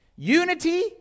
Unity